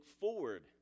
forward